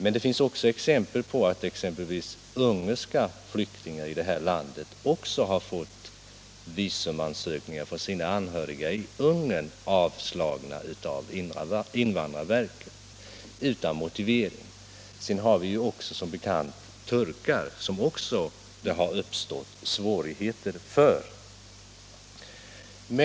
Och det finns också exempel på att ungerska flyktingar i detta land utan motivering har fått visumansökningar från sina anhöriga i Ungern avslagna av invandrarverket. Som bekant har det också uppstått svårigheter för turkar.